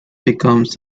becomes